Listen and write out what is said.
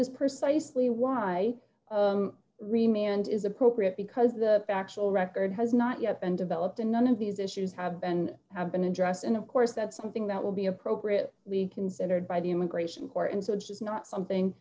is precisely why remain and is appropriate because the actual record has not yet been developed and none of these issues have been have been addressed and of course that's something that will be appropriate we considered by the immigration court and so this is not something